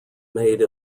made